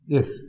Yes